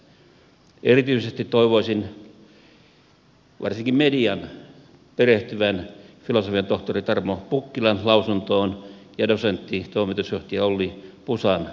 erityisesti toivoisin varsinkin median perehtyvän filosofian tohtori tarmo pukkilan lausuntoon ja dosentti toimitusjohtaja olli pusan lausuntoon